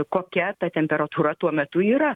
kokia ta temperatūra tuo metu yra